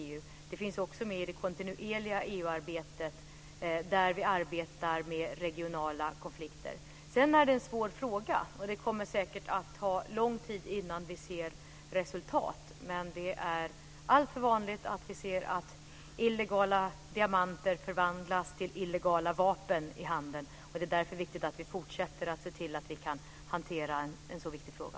Det finns också med i det kontinuerliga EU-arbetet, där vi arbetar med regionala konflikter. Det är en svår fråga, och det kommer säkert att ta lång tid innan vi ser resultat. Men det är alltför vanligt att vi ser att illegala diamanter förvandlas till illegala vapen i handeln. Det är därför viktigt att vi fortsätter att se till att vi kan hantera en så viktig fråga.